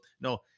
No